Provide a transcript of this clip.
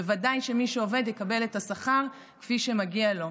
בוודאי שמי שעובד יקבל את השכר כפי שמגיע לו.